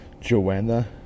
Joanna